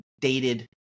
dated